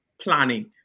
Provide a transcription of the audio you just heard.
planning